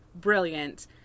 Brilliant